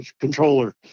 controller